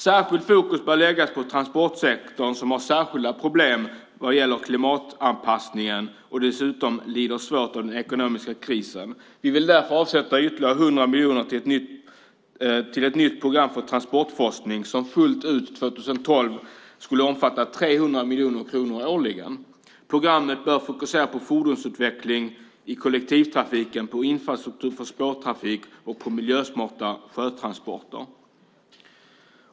Särskilt fokus bör läggas på transportsektorn, som har speciella problem vad gäller klimatanpassningen och dessutom lider svårt av den ekonomiska krisen. Vi vill därför avsätta ytterligare 100 miljoner till ett nytt program för transportforskning som fullt ut 2012 skulle omfatta 300 miljoner kronor årligen. Programmet bör fokusera på fordonsutveckling i kollektivtrafiken, på infrastruktur för spårtrafik och på miljösmarta sjötransporter.